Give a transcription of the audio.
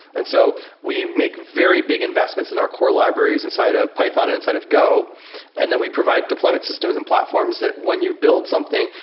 and so we make very big investments in our core libraries inside of python and inside of go and then we provide deployment systems and platforms that when you build something,